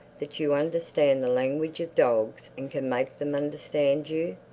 that you understand the language of dogs and can make them understand you.